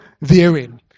therein